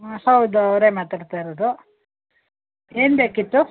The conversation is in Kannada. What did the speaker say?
ಹಾಂ ಹೌದು ಅವರೆ ಮಾತಾಡ್ತಾ ಇರೋದು ಏನು ಬೇಕಿತ್ತು